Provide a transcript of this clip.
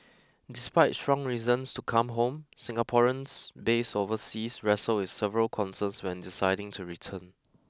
despite strong reasons to come home Singaporeans based overseas wrestle with several concerns when deciding to return